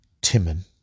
Timon